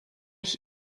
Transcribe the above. ich